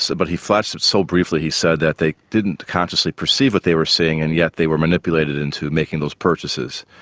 but he flashed it so briefly he said that they didn't consciously perceive what they were seeing and yet they were manipulated into making those purchases.